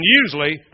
usually